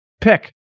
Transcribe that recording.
pick